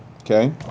Okay